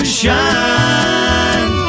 shine